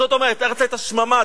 והארץ היתה שממה.